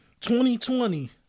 2020